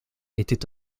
était